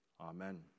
Amen